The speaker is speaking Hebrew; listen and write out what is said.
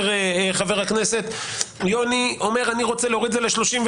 חבר הכנסת יוני: אני רוצה להוריד את זה ל-35,